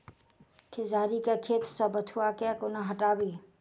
खेसारी केँ खेत सऽ बथुआ केँ कोना हटाबी